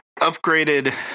upgraded